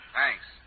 Thanks